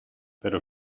pero